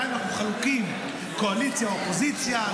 גם אם אנחנו חלוקים לקואליציה ואופוזיציה,